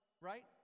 Right